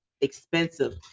Expensive